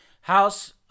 House